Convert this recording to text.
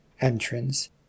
entrance